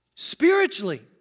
spiritually